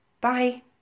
Bye